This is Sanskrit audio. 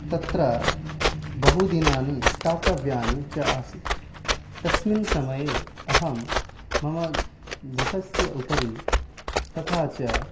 तत्र बहुदिनानि स्थातव्यानि च आसीत् तस्मिन्समये अहं मम गृहस्य उपरि तथा च